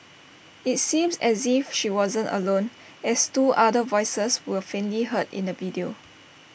IT seems as if she wasn't alone as two other voices were faintly heard in the video